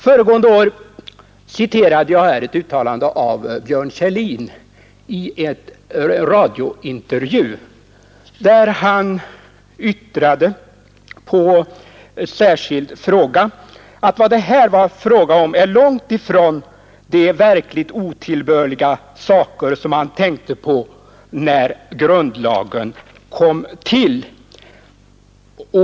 Föregående år citerade jag ett uttalande av Björn Kjellin i en radiointervju, där han på särskild fråga yttrade, att vad det här gäller var långt ifrån sådana verkligt otillbörliga saker som man tänkte på när grundlagen kom till.